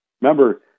Remember